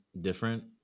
different